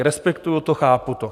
Respektuju to, chápu to.